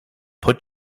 put